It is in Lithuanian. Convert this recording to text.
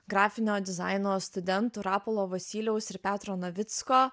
grafinio dizaino studentų rapolo vosyliaus ir petro navicko